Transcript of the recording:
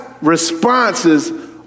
responses